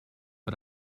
but